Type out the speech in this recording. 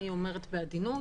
אני אומרת בעדינות,